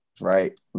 right